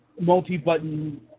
multi-button